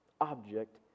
object